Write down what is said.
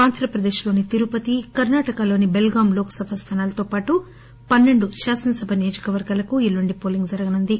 ఆంధ్రప్రదేశ్ లోని తిరుపతి కర్నాటకలోని బెల్గాం లోక్ సభ స్థానాలతో పాటు పన్నెండు శాసనసభ నియోజకవర్గాలకు ఎల్లుండి పోలింగ్ జరగనుంది